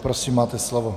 Prosím, máte slovo.